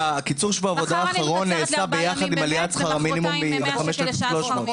--- מחר אני מקצרת לארבעה ימים ומחרתיים ל-100 שקל לשעה שכר מינימום,